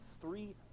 three